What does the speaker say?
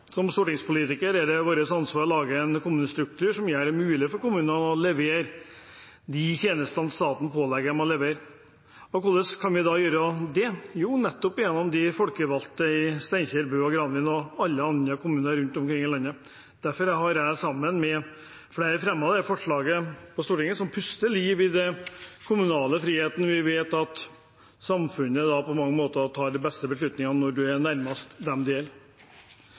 Som stortingspolitikere er det vårt ansvar å lage en kommunestruktur som gjør det mulig for kommunene å levere de tjenestene staten pålegger dem å levere. Og hvordan kan vi gjøre det? Jo, nettopp gjennom de folkevalgte i Steinkjer, Bø og Granvin og i alle andre kommuner rundt omkring i landet. Derfor har jeg, sammen med flere, fremmet et forslag på Stortinget som puster liv i den kommunale friheten. Vi vet at samfunnet på mange måter tar de beste beslutningene når en er nærmest dem det gjelder.